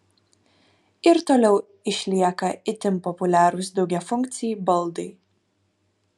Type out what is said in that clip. ir toliau išlieka itin populiarūs daugiafunkciai baldai